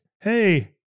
hey